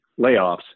layoffs